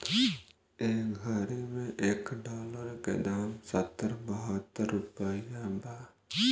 ए घड़ी मे एक डॉलर के दाम सत्तर बहतर रुपइया बा